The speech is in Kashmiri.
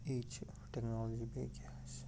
یی چھِ ٹیکنالجی بیٚیہِ کیٛاہ آسہِ